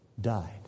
died